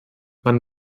man